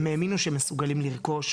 הם האמינו שהם מסוגלים לרכוש,